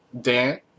Dan